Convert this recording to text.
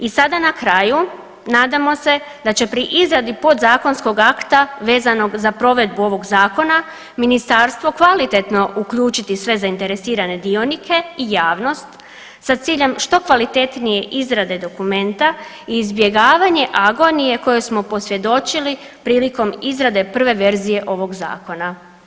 I sada na kraju nadamo se da će pri izradi podzakonskog akta vezanog za provedbu ovoga Zakona Ministarstvo kvalitetno uključiti sve zainteresirane dionike i javnost sa ciljem što kvalitetnije izrade dokumenta i izbjegavanje agonije kojoj smo posvjedočili prilikom izrade prve verzije ovoga Zakona.